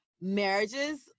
marriages